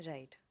Right